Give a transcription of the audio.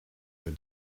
your